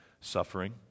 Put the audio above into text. Suffering